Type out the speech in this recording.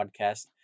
podcast